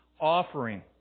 offering